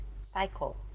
cycle